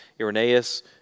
Irenaeus